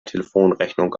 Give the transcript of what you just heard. telefonrechnung